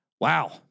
Wow